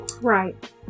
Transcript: right